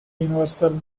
universal